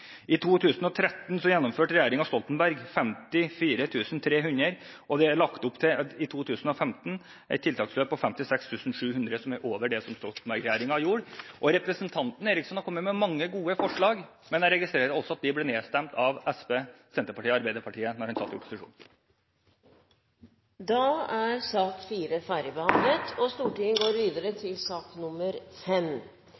I 2013 gjennomførte regjeringen Stoltenberg 54 300 plasser, og det er i 2015 lagt opp til et tiltaksløp på 56 700 plasser, som er mer enn det Stoltenberg-regjeringen gjorde. Representanten Eriksson kom med mange gode forslag, men jeg registrerte at de ble nedstemt av SV, Senterpartiet og Arbeiderpartiet da han var i opposisjon. Debatten i sak